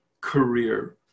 career